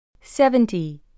seventy